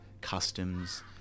customs